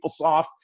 PeopleSoft